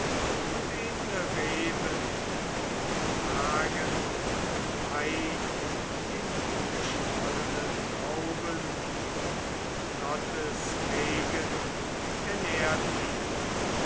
und edle reben die tragen wein in geschwollenen trauben und gottes regen ernährt ihn